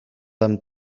them